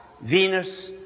Venus